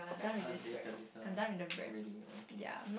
uh later later really okay